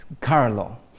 Carlo